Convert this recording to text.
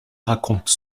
raconte